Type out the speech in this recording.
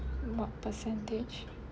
what percentage